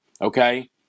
Okay